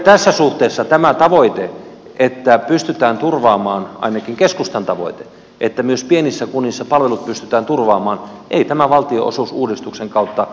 tässä suhteessa tämä ainakin keskustan tavoite että pystytään turvaamaan palvelut myös pienissä kunnissa ei tämän valtionosuusuudistuksen kautta toteudu